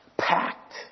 packed